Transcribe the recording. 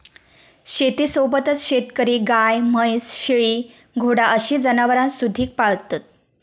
शेतीसोबतच शेतकरी गाय, म्हैस, शेळी, घोडा अशी जनावरांसुधिक पाळतत